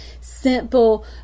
simple